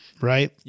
right